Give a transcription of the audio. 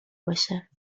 باشه